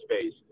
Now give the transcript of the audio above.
space